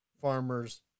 farmers